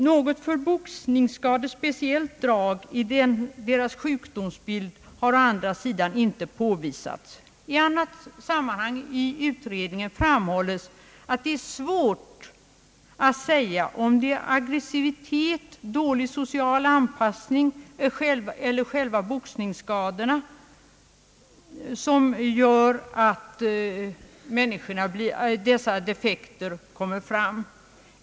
Något för boxningsskador specifikt drag i deras sjukdomsbild har å andra sidan inte påvisats.» I annat sammanhang i utredningen framhålles att det är svårt att säga om det är aggressivitet, dålig social anpassning eller själva boxningsskadorna som gör att dessa defekter kommer fram.